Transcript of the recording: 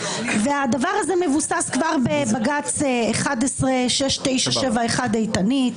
והדבר הזה מבוסס כבר בבג"ץ 6971/11 איתנית,